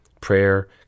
prayer